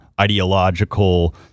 ideological